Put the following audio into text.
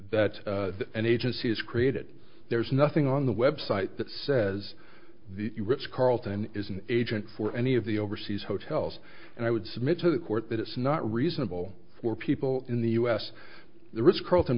that's an agency is created there's nothing on the web site that says the ritz carlton is an agent for any of the overseas hotels and i would submit to the court that it's not reasonable for people in the us the ri